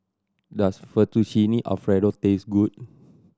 does Fettuccine Alfredo taste good